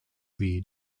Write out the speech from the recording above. wie